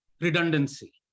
redundancy